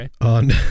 on